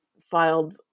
filed